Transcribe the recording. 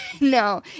No